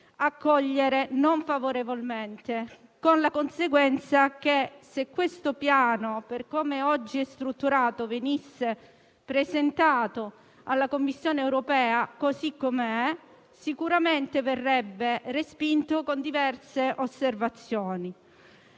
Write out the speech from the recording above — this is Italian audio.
accoglierlo favorevolmente. Se questo Piano, per come oggi è strutturato, venisse presentato alla Commissione europea così com'è sicuramente verrebbe respinto con diverse osservazioni.